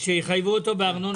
וכשיחייבו אותו בארנונה?